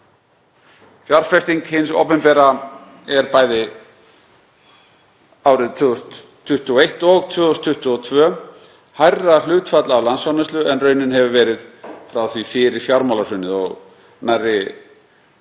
Fjárfesting hins opinbera er bæði árin, 2021 og 2022, hærra hlutfall af landsframleiðslu en raunin hefur verið frá því fyrir fjármálahrunið og nærri